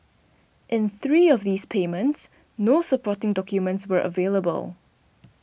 in three of these payments no supporting documents were available